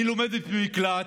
אני לומדת במקלט,